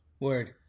Word